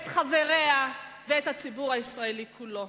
את חבריה ואת הציבור הישראלי כולו.